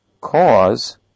cause